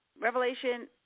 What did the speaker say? Revelation